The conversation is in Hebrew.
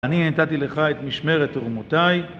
אני נתתי לך את משמרת תורמותיי